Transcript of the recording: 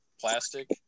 plastic